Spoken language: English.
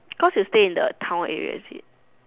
because you stay in the town area is it